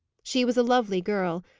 she was a lovely girl,